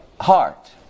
heart